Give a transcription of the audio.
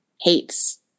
hates